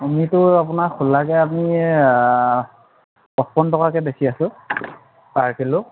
আমিতো আপোনাৰ খোলাকৈ আমি পঁচপন্ন টকাকৈ বেছি আছোঁ পাৰ কিলো